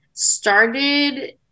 Started